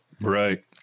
Right